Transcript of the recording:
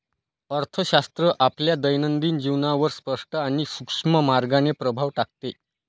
अर्थशास्त्र आपल्या दैनंदिन जीवनावर स्पष्ट आणि सूक्ष्म मार्गाने प्रभाव टाकते